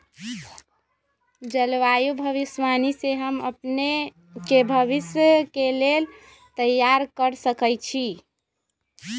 जलवायु भविष्यवाणी से हम अपने के भविष्य के लेल तइयार कऽ सकै छी